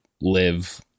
live